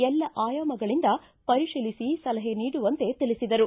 ಎಲ್ಲ ಆಯಾಮಗಳಿಂದ ಪರಿತೀಲಿಸಿ ಸಲಹೆ ನೀಡುವಂತೆ ತಿಳಿಸಿದರು